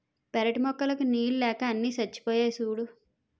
పెరటి మొక్కలకు నీళ్ళు లేక అన్నీ చచ్చిపోయాయి సూడూ